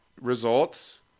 results